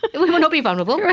but but we will not be vulnerable.